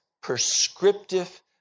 prescriptive